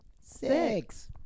six